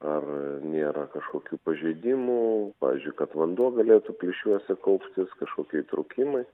ar nėra kažkokių pažeidimų pavyzdžiui kad vanduo galėtų plyšiuose kauptis kažkokie įtrūkimai